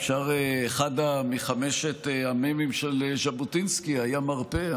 אחד מחמשת המ"מים של ז'בוטינסקי היה מרפא,